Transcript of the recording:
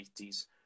1980s